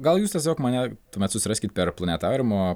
gal jūs tiesiog mane tuomet susiraskit per planetariumo